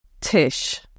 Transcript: Tish